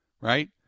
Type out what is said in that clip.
right